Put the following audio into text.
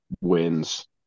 wins